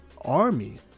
Army